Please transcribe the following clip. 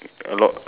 a lot